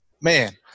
Man